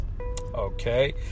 Okay